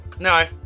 no